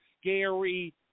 scary